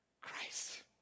Christ